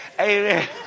Amen